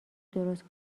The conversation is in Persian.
درست